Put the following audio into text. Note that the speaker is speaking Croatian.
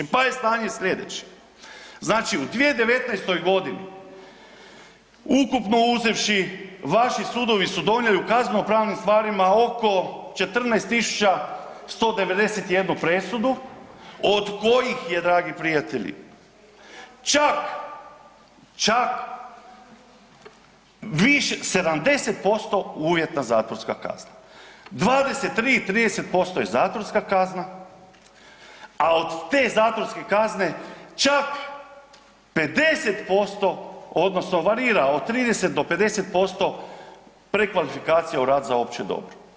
Pa je stanje sljedeće, znači u 2019.g. ukupno uzevši vaši sudovi su donijeli u kaznenopravnim stvarima oko 14.191 presudu od kojih je dragi prijatelji čak, čak 70% uvjetna zatvorska kazna, 23 i 30% je zatvorska kazna, a od te zatvorske kazne čak 50% odnosno varira od 30 do 50% prekvalifikacija u rad za opće dobro.